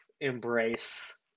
embrace